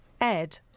ed